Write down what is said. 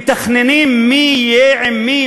מתכננים מי יהיה עם מי,